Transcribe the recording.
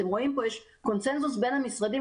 אתם רואים פה שיש קונצנזוס בין המשרדים,